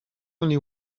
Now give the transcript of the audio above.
only